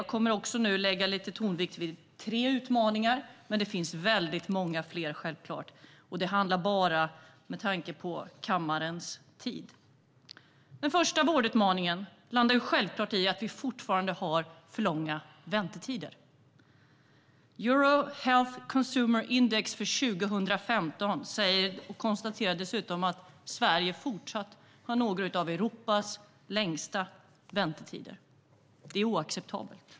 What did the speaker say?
Nu kommer jag - med tanke på kammarens tid - att lägga tonvikt vid tre utmaningar, men det finns självklart väldigt många fler. Den första vårdutmaningen landar självklart i att vi fortfarande har för långa väntetider. Euro Health Consumer Index för 2015 konstaterar dessutom att Sverige fortsatt har några av Europas längsta väntetider. Det är oacceptabelt.